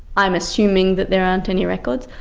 i'm assuming that there aren't any records.